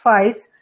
Fights